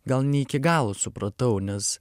gal ne iki galo supratau nes